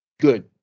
good